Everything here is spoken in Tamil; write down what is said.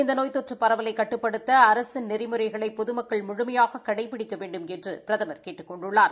இந்த நோய் தொற்று பரவலை கட்டுப்படுத்த அரசின் நெறிமுறைகளை பொதமக்கள் முழுமையாக கடைபிடிக்க வேண்டுமென்றும் பிரதமர் கேட்டுக் கொண்டுள்ளார்